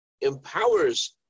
empowers